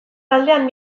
taldean